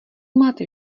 máte